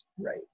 Right